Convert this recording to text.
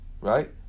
Right